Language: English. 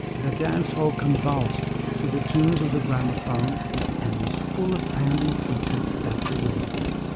the dance-hall convulsed to the tunes of the gramophone and was full of pounding feet and seductive legs.